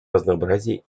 разнообразия